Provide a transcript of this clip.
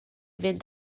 fynd